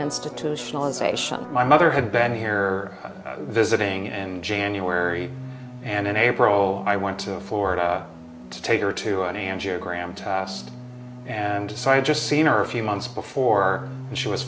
institutionalization my mother had been here visiting and january and in april i went to florida to take her to an angiogram tast and so i just seen are a few months before she was